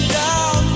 down